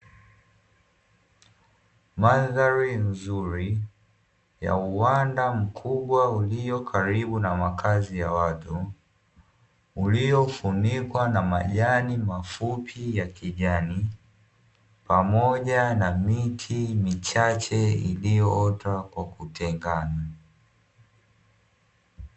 Madhari nzuri ya uwanda mkubwa ulio karibu na makazi ya watu, uliofunikwa na majani mafupi ya kijani pamoja na miti michache iliyoota kwa kutengana .